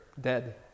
dead